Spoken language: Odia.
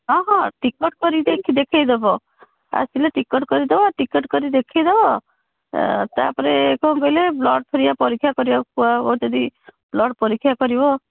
ହଁ ହଁ ଟିକେଟ୍ କରି ଦେଇକି ଦେଖାଇ ଦେବ ଆସିଲେ ଟିକେଟ୍ କରି ଦେବ ଟିକେଟ୍ କରି ଦେଖେଇ ଦେବ ତା' ପରେ କ'ଣ କହିଲେ ବ୍ଲଡ଼୍ ହେରିକା ପରୀକ୍ଷା କରିବାକୁ କୁହାହେବ ଯଦି ବ୍ଲଡ଼୍ ପରୀକ୍ଷା କରିବ